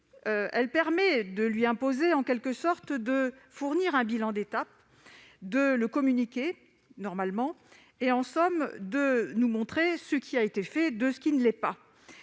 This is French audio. Elle permet de lui imposer en quelque sorte un bilan d'étape, de nous le communiquer- normalement -et en somme de nous montrer ce qui a été fait et ce qui ne l'a pas